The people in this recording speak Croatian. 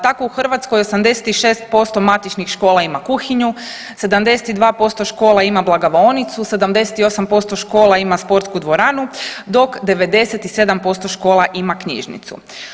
Tako u Hrvatskoj 86% matičnih škola ima kuhinju, 72% škola ima blagovaonicu, 78% škola ima sportsku dvoranu dok 97% škola ima knjižnicu.